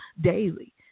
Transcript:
daily